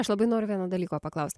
aš labai noriu vieno dalyko paklaust